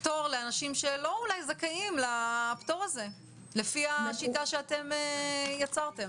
פטור לאנשים שלא אולי זכאים לפטור הזה לפי השיטה שאתם יצרתם.